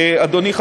אדוני,